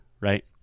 right